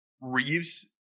Reeves